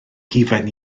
hufen